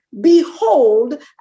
Behold